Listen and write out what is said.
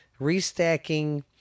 restacking